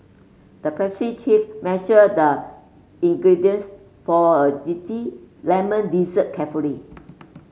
the pastry chef measured the ingredients for a zesty lemon dessert carefully